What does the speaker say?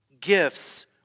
gifts